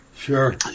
Sure